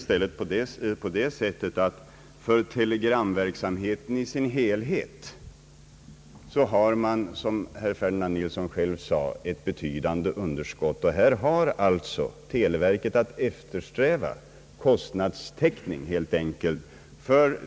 Emellertid ger ju telegramverksamheten i sin helhet, som herr Ferdinand Nilsson själv sade, ett betydande underskott, för vilket televerket alltså har att eftersträva täckning.